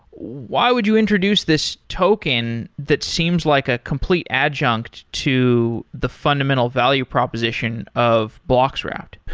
why would you introduce this token that seems like a complete adjunct to the fundamental value proposition of bloxroute?